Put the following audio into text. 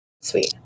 Sweet